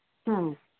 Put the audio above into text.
ᱦᱩᱸ